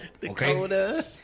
Dakota